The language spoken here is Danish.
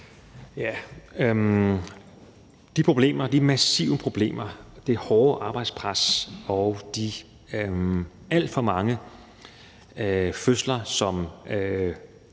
(Magnus Heunicke): De massive problemer, det hårde arbejdspres og de alt for mange fødsler, som